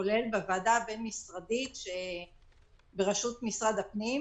כולל בוועדה הבין-משרדית בראשות משרד הפנים,